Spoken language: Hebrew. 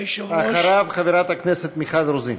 אחריו, חברת הכנסת מיכל רוזין.